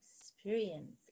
experience